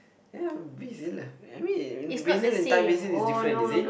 ya basil lah I mean basil and Thai Basil is different is it